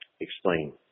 explain